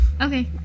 Okay